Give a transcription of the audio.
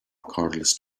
cordless